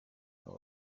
abo